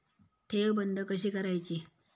ठेव बंद कशी करायची?